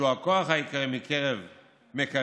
שהוא הכוח העיקרי, מקרב,